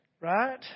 right